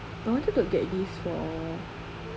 I wanted to get this for